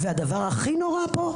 הדבר הכי נורא פה,